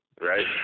right